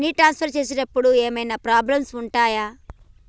Money transfer చేసేటప్పుడు ఏమైనా problems ఉంటయా?